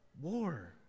war